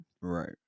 right